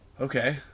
Okay